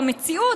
במציאות,